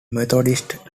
methodist